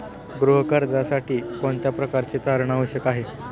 गृह कर्जासाठी कोणत्या प्रकारचे तारण आवश्यक आहे?